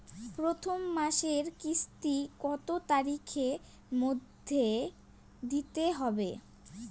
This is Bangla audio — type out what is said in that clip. প্রথম মাসের কিস্তি কত তারিখের মধ্যেই দিতে হবে?